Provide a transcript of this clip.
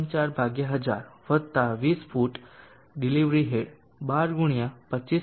4 1000 વત્તા 20 foot delivery head 12 ગુણ્યા 25